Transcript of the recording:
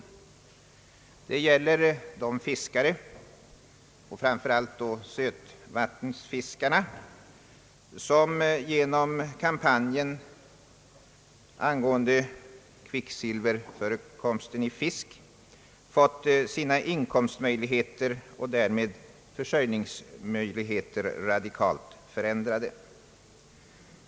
Det gäller de fiskare — framför allt de sötvattensfiskare — som genom kampanjen angående kvicksilverförekomst i fisk fått sina inkomstmöjligheter och därmed sina försörjningsmöjligheter radikalt förändrade.